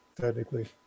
technically